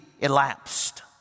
elapsed